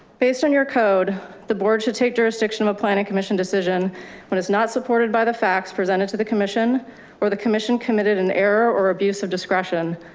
based on your code. the board should take jurisdiction of a planning commission decision when it's not supported by the facts presented to the commission or the commission committed an error or abuse of discretion.